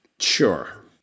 Sure